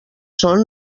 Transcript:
són